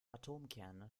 atomkerne